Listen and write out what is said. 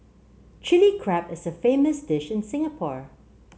Chilli Crab is a famous dish in Singapore